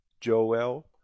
Joel